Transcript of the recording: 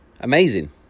amazing